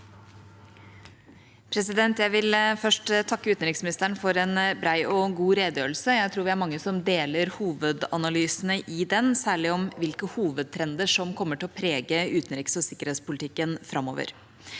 le- der): Jeg vil først takke utenriksministeren for en bred og god redegjørelse. Jeg tror vi er mange som deler hovedanalysene i den, særlig om hvilke hovedtrender som kommer til å prege utenriks- og sikkerhetspolitikken framover.